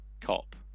cop